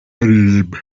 baririmba